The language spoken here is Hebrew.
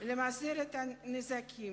ולמזער את הנזקים